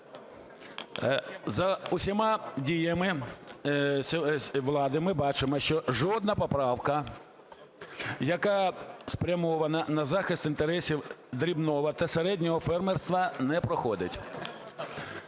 За усіма діями влади ми бачимо, що жодна поправка, яка спрямована на захист інтересів дрібного та середнього фермерства, не проходить.